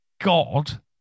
god